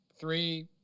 three